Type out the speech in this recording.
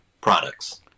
products